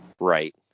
Right